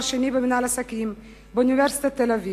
השני במינהל עסקים באוניברסיטת תל-אביב.